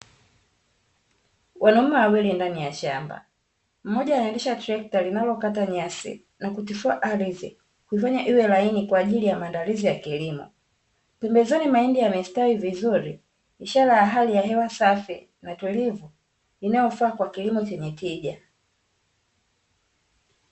Wanaume wawili ndani ya shamba mmoja anaendesha trekta linalokata nyasi na kutifua ardhi huifanya iwe laini kwaajili ya maandalizi ya kilimo. Pembezoni mahindi yamestawi vizuri ishara ya hali ya hewa safi na tulivu inayofaa kwa kilimo chenye tija.